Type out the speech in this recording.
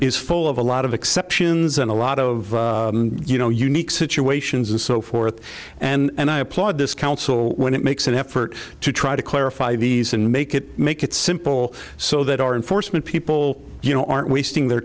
is full of a lot of exceptions and a lot of you know unique situations and so forth and i applaud this council when it makes an effort to try to clarify these and make it make it simple so that our and foresman people you know aren't wasting their